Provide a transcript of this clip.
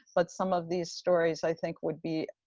but some of these stories i think would be,